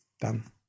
Done